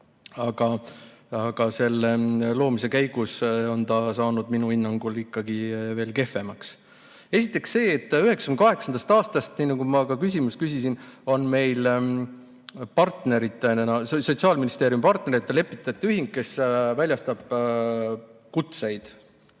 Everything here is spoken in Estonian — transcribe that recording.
Aga selle loomise käigus on ta minu hinnangul saanud ikkagi veel kehvemaks. Esiteks see, et 1998. aastast, nagu ma ka küsimuse küsisin, on meil Sotsiaalministeeriumi partnerina lepitajate ühing, kes väljastab kutseid.